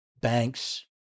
banks